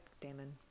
Damon